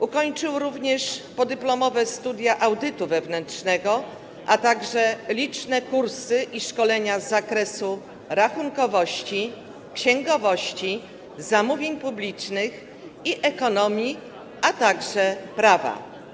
Ukończył również podyplomowe studia audytu wewnętrznego, a także liczne kursy i szkolenia z zakresu rachunkowości, księgowości, zamówień publicznych i ekonomii, a także prawa.